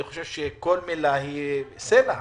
כל מילה שלהם בסלע,